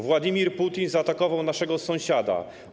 Władimir Putin zaatakował naszego sąsiada.